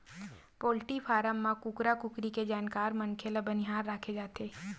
poultry farm म कुकरा कुकरी के जानकार मनखे ल बनिहार राखे जाथे